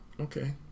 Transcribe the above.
okay